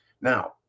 Now